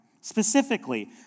specifically